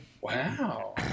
Wow